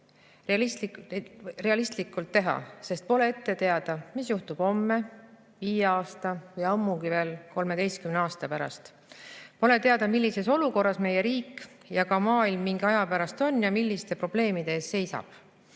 realistlikult teha, sest pole ette teada, mis juhtub homme, viie aasta või ammugi veel 13 aasta pärast. Pole teada, millises olukorras meie riik ja ka maailm mingi aja pärast on ja milliste probleemide ees seisab.